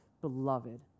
beloved